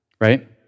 right